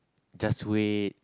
just wait